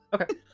Okay